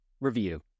review